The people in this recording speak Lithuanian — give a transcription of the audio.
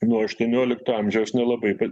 nuo aštuoniolikto amžiaus nelabai kad